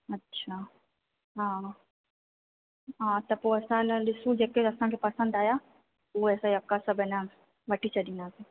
अच्छा हा हा त पोइ असां न ॾिसूं न जेके असांखे पसंदि आहियां उहे असां कर सघंदा वठी छॾींदास